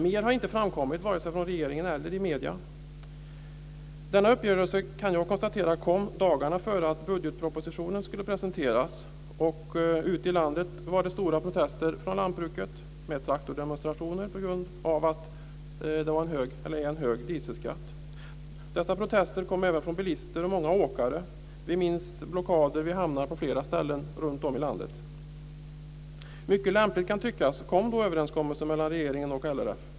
Mer har inte framkommit vare sig från regeringen eller i medierna. Denna uppgörelse kan jag konstatera kom dagarna före det att budgetpropositionen skulle presenteras. Ute i landet var det stora protester från lantbruket med traktordemonstrationer på grund av den höga dieselskatten. Dessa protester kom även från bilister och många åkare. Vi minns blockader vid hamnar på flera ställen runtom i landet. Mycket lämpligt, kan tyckas, kom då överenskommelsen mellan regeringen och LRF.